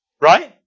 Right